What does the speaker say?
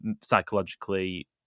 psychologically